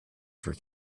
for